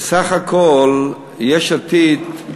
בסך הכול, יש עתיד,